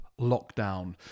lockdown